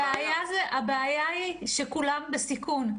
הבעיה שכולם בסיכון.